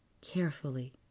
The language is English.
carefully